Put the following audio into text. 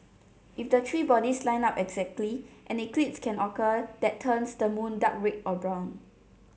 if the three bodies line up exactly an eclipse can occur that turns the moon dark red or brown